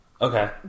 Okay